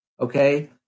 okay